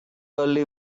early